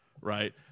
right